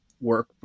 work